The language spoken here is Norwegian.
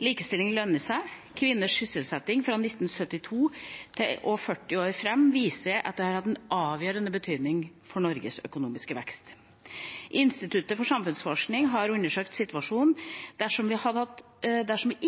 Likestilling lønner seg. Det viser seg at kvinners sysselsettingsvekst fra 1972 og 40 år framover har hatt avgjørende betydning for Norges økonomiske vekst. Institutt for samfunnsforskning har undersøkt situasjonen dersom vi